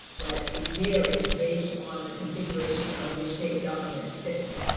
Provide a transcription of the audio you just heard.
but it varies based on the configuration of your state government system.